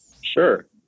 Sure